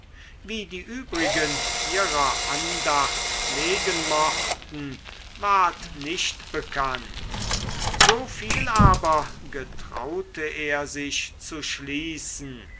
wie die übrigen ihrer andacht pflegen mochten ward nicht bekannt so viel aber getraute er sich zu schließen